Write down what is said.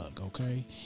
okay